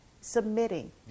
submitting